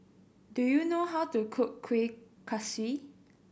do you know how to cook Kueh Kaswi